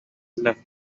left